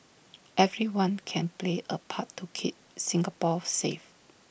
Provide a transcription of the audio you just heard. everyone can play A part to keep Singapore safe